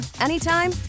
anytime